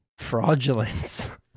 fraudulence